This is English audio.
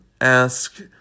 ask